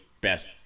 best